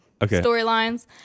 storylines